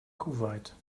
kuwait